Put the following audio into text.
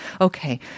Okay